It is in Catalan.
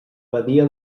badia